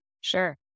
Sure